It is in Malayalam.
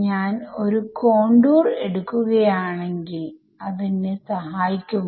ഇതിനെ കൊണ്ട് എന്താണ് ഉദ്ദേശിക്കുന്നത് എന്ന് നിങ്ങൾ മറന്നുപോയിരിക്കാം